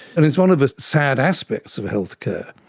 and it's one of the sad aspects of healthcare,